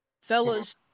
Fellas